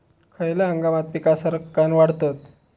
खयल्या हंगामात पीका सरक्कान वाढतत?